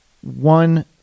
one